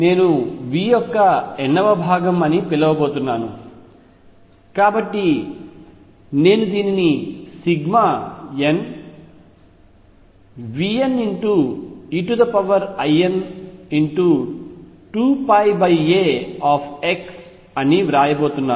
నేను V యొక్క n వ భాగం అని పిలవబోతున్నాను కాబట్టి నేను దీనిని nVnein2πax అని వ్రాయబోతున్నాను